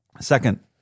Second